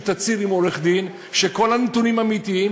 תצהיר עם עורך-דין שכל הנתונים אמיתיים,